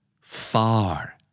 Far